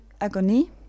agonie